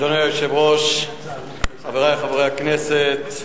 אדוני היושב-ראש, חברי חברי הכנסת,